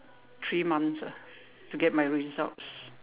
three months ah to get my results